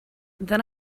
then